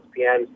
ESPN